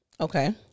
Okay